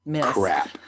Crap